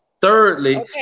Thirdly